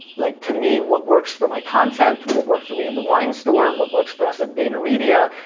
like, to me, what works for my content, what worked for me in the wine store, what works for us at vaynermedia,